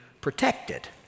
protected